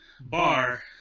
bar